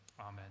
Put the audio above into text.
Amen